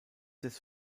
des